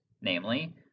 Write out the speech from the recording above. namely